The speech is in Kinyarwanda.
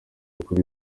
ukuri